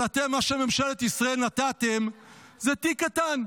אבל אתם, מה שממשלת ישראל נתתם, זה תיק קטן.